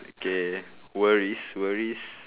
okay worries worries